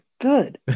good